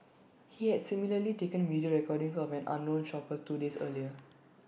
he had similarly taken video recordings of an unknown shopper two days earlier